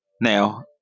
Now